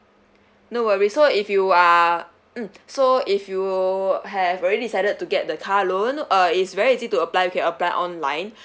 no worries so if you are mm so if you have already decided to get the car loan uh it's very easy to apply you can apply online